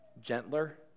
gentler